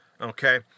okay